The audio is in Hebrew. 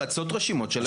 רצות רשימות של הליכוד.